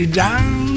down